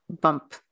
bump